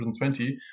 2020